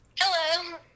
hello